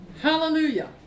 Hallelujah